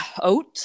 oat